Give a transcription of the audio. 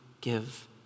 give